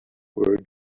were